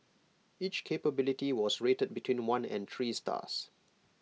each capability was rated between one and three stars